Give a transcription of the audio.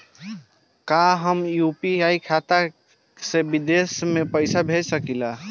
का हम यू.पी.आई खाता से विदेश म पईसा भेज सकिला?